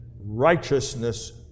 righteousness